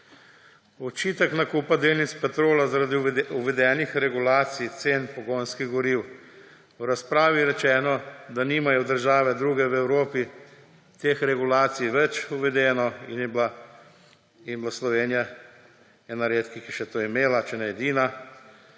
Očitek nakupa delnic Petrola zaradi uvedenih regulacij cen pogonskih goriv. V razpravi je rečeno, da druge države v Evropi teh regulacij nimajo več uvedenih in je bila in bo Slovenija ena redkih, ki je to še imela, če ne edina.